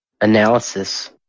analysis